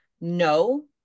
no